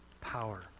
power